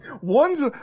one's